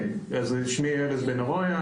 שמי ארז בן ארויה,